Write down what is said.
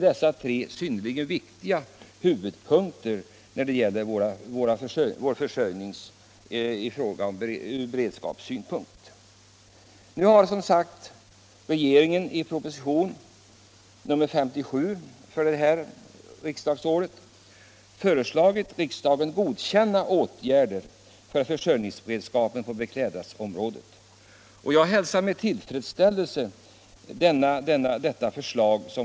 Dessa tre områden är de viktigaste för vår försörjningsberedskap. Nu har som sagt regeringen i propositionen 1975/76:57 föreslagit riksdagen godkänna åtgärder för försörjningsberedskapen på beklädnadsområdet. Jag hälsar med tillfredsställelse detta regeringsförslag.